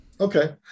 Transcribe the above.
Okay